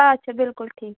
अच्छा बिलकुल ठीक